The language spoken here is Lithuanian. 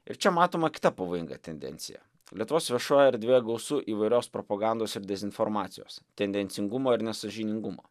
ir čia matoma kita pavojinga tendencija lietuvos viešojoje erdvėje gausu įvairios propagandos ir dezinformacijos tendencingumo ir nesąžiningumo